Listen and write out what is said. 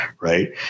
Right